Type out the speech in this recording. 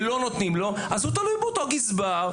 ולא נותנים לו הוא תלוי באותו גזבר,